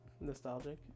nostalgic